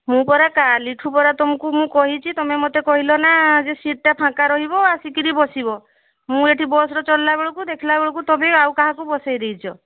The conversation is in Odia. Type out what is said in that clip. ମୁଁ ପରା କାଲିଠୁ ପରା ତୁମକୁ ମୁଁ କହିଛି ତୁମେ ମୋତେ କହିଲ ନା ଯେ ସେ ସିଟ୍ଟା ଫାଙ୍କା ରହିବ ଆସିକରି ବସିବ ମୁଁ ଏଇଠି ବସରେ ଚଢ଼ିଲା ବେଳକୁ ଦେଖିଲା ବେଳକୁ ତୁମେ ଆଉ କାହାକୁ ବସେଇ ଦେଇଛ